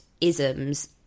isms